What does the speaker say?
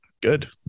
Good